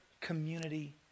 community